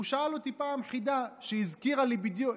הוא שאל אותי פעם חידה שהזכירה לי בדיוק.